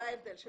זה ההבדל.